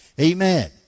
Amen